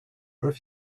where